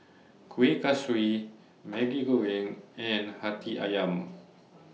Kueh Kaswi Maggi Goreng and Hati Ayam